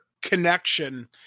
connection